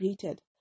created